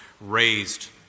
raised